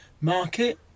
market